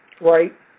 right